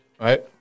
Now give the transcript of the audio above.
Right